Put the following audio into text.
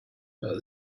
but